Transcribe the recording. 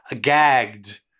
gagged